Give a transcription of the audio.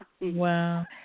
Wow